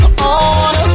on